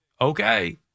Okay